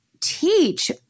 teach